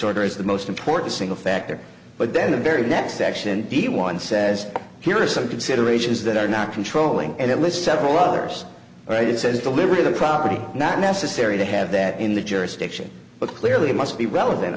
order is the most important single factor but then the very next action the one says here are some considerations that are not controlling and it lists several others right it says delivery of the property not necessary to have that in the jurisdiction but clearly must be relevant